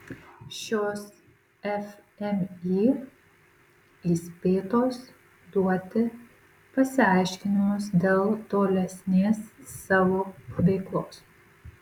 šios fmį įspėtos duoti pasiaiškinimus dėl tolesnės savo veiklos